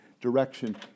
direction